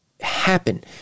happen